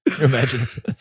Imagine